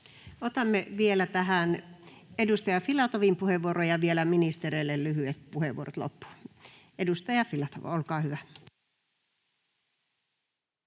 Otamme vielä tähän edustaja Filatovin puheenvuoron ja vielä ministereille lyhyet puheenvuorot loppuun. — Edustaja Filatov, olkaa hyvä.